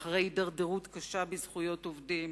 ואחרי הידרדרות קשה בזכויות עובדים,